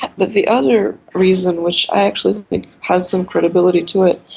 but the other reason, which i actually think has some credibility to it,